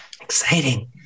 Exciting